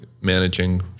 managing